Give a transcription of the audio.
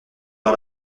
par